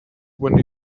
when